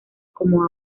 como